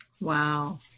Wow